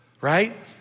Right